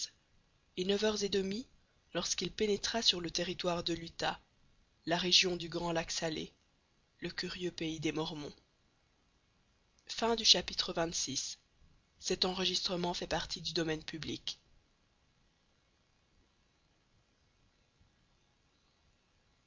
et neuf heures et demie lorsqu'il pénétra sur le territoire de l'utah la région du grand lac salé le curieux pays des mormons xxvii